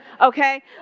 okay